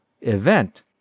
event